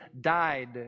died